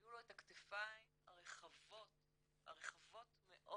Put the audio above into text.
שהיו לו את הכתפיים הרחבות, הרחבות מאוד